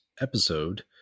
episode